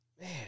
Man